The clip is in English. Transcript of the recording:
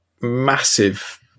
massive